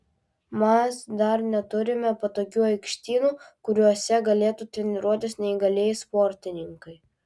mes dar neturime patogių aikštynų kuriuose galėtų treniruotis neįgalieji sportininkai